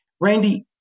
Randy